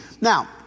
Now